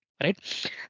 right